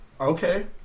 Okay